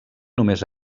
només